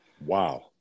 Wow